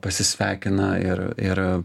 pasisveikina ir ir